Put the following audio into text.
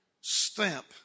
stamp